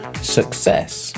success